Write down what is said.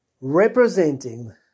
Representing